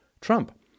Trump